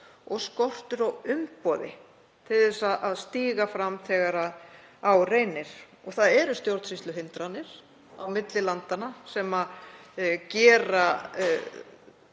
og skortur á umboði til að stíga fram þegar á reynir. Það eru stjórnsýsluhindranir á milli landanna sem gera